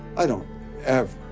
i don't ever,